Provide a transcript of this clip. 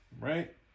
Right